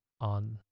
on